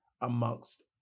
amongst